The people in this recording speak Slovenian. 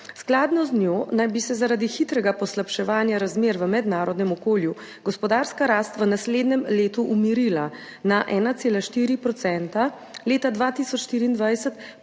Skladno z njo naj bi se zaradi hitrega poslabševanja razmer v mednarodnem okolju gospodarska rast v naslednjem letu umirila na 1,4 %, leta 2024